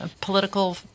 political